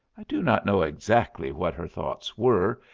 i do not know exactly what her thoughts were,